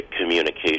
communication